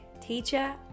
Teacher